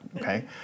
okay